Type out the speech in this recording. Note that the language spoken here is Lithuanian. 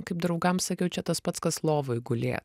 kaip draugam sakiau čia tas pats kas lovoj gulėt